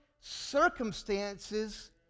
circumstances